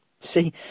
See